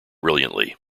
brilliantly